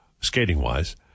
skating-wise